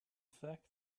fact